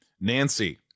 nancy